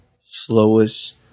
slowest